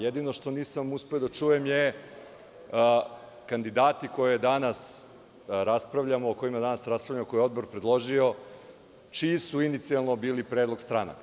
Jedino što nisam uspeo da čujem je kandidati o kojima danas raspravljamo, koje je Odbor predložio, čiji su inicijalno bili predlog stranaka?